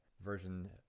version